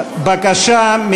בקשה,